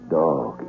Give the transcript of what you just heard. dog